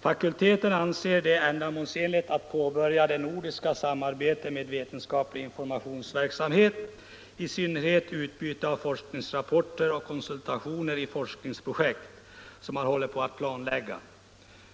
Fakulteten anser det ändamålsenligt att påbörja det nordiska samarbetet med vetenskaplig informationsverksamhet; i synnerhet utbyte av forsk ningsrapporter och konsultationer i forskningsprojekt, som man håller på att planlägga.